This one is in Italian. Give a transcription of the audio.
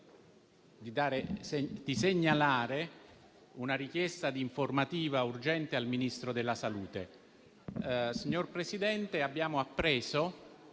di segnalare la richiesta di un'informativa urgente al Ministro della salute.